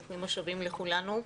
ברוכים השבים לכולנו.